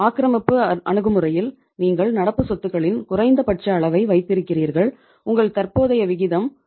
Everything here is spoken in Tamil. ஆக்கிரமிப்பு அணுகுமுறையில் நீங்கள் நடப்பு சொத்துகளின் குறைந்தபட்ச அளவை வைத்திருக்கிறீர்கள் உங்கள் தற்போதைய விகிதம் 0